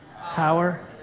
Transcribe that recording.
power